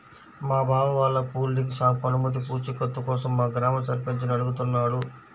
మా బావ వాళ్ళ కూల్ డ్రింక్ షాపు అనుమతి పూచీకత్తు కోసం మా గ్రామ సర్పంచిని అడుగుతున్నాడు